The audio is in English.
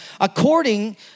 according